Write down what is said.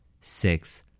Six